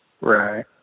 Right